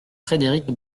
frédéric